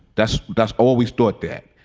that's that's always taught that.